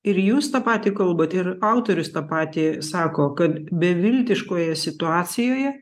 ir jūs tą patį kalbat ir autorius tą patį sako kad beviltiškoje situacijoje